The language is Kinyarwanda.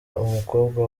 umukobwa